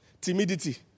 Timidity